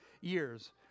years